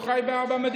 הוא חי במדינה.